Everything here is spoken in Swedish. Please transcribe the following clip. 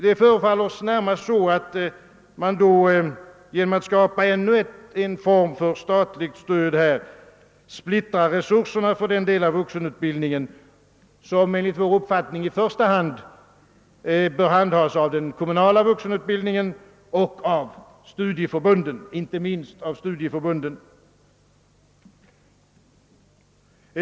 Det förefaller oss närmast som om man genom att skapa ännu en form för statligt stöd splittrar resurserna för den del av vuxenutbildningen, som enligt vår uppfattning i första rummet bör handhas av den kommunala vuxenutbildningen och inte minst av studieförbunden.